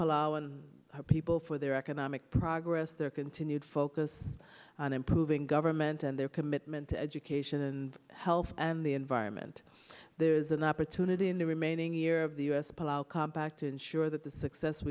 her people for their economic progress their continued focus on improving government and their commitment to education and health and the environment there is an opportunity in the remaining year of the u s pullout compact to ensure that the success